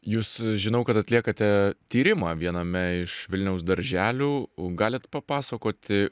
jūs žinau kad atliekate tyrimą viename iš vilniaus darželių galit papasakoti